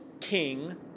king